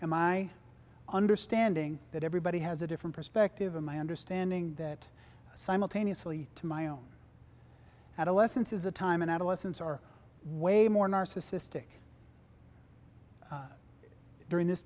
and my understanding that everybody has a different perspective in my understanding that simultaneously to my own adolescence is a time in adolescence are way more narcissistic during this